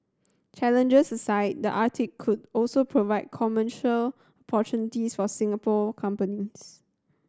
challenges aside the Arctic could also provide commercial opportunities for Singapore companies